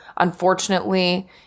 unfortunately